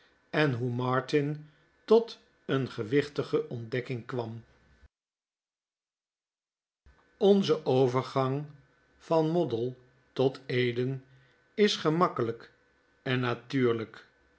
en hoe martin tot een gewichtige ontdekking kwam onze overgang van moddle tot eden is gemakkelijk en natuurlijk